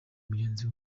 mugenzi